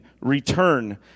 return